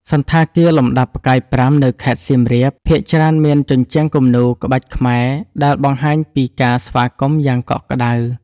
សណ្ឋាគារលំដាប់ផ្កាយប្រាំនៅខេត្តសៀមរាប ភាគច្រើនមានជញ្ជាំងគំនូរក្បាច់ខ្មែរដែលបង្ហាញពីការស្វាគមន៍យ៉ាងកក់ក្ដៅ។